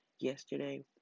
Yesterday